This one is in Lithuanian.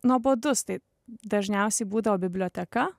nuobodus tai dažniausiai būdavo biblioteka